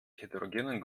heterogenen